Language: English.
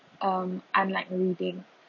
um unlike reading